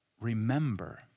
Remember